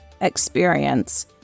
experience